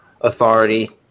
authority